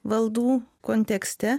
valdų kontekste